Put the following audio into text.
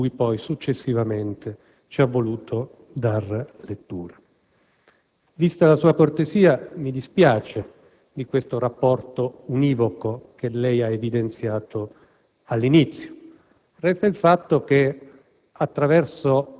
che il trattato di cui successivamente ci ha voluto dare lettura. Vista la sua cortesia, mi dispiace di questo rapporto univoco che lei ha evidenziato all'inizio.